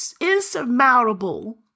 insurmountable